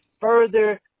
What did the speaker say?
further